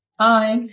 Hi